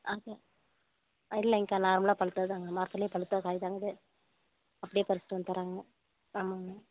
ஆக ஆ இல்லைங்க்கா நார்மலாக பழுத்தது தாங்க மரத்தில் பழுத்த காய் தாங்க இது அப்படியே பறிச்சிட்டு வந்து தராங்க ஆமாங்க